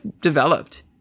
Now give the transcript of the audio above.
developed